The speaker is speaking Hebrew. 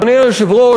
אדוני היושב-ראש,